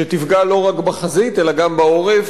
שתפגע לא רק בחזית אלא גם בעורף,